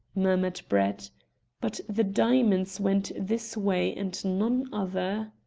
murmured brett but the diamonds went this way and none other.